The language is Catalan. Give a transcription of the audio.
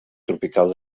tropical